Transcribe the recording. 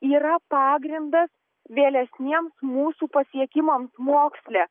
yra pagrindas vėlesniems mūsų pasiekimams moksle